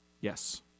Yes